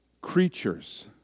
creatures